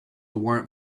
warrant